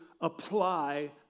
apply